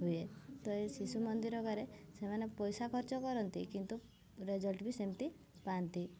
ହୁଏ ତ ଏ ଶିଶୁ ମନ୍ଦିର ଘରେ ସେମାନେ ପଇସା ଖର୍ଚ୍ଚ କରନ୍ତି କିନ୍ତୁ ରେଜଲ୍ଟ ବି ସେମିତି ପାଆନ୍ତି